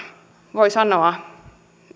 voi sanoa